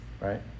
right